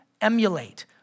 emulate